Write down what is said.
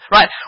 Right